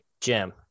Jim